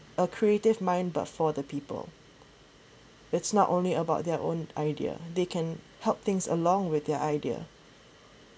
a creative mind but for the people it's not only about their own idea they can help things along with their idea